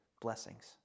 Blessings